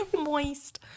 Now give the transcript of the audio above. moist